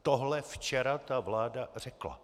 Tohle včera vláda řekla.